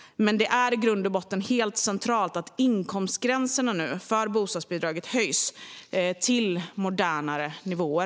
I grund och botten är det dock helt centralt att inkomstgränserna för bostadsbidraget höjs till modernare nivåer.